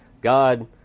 God